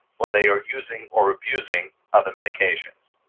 or they are using or abusing other medications.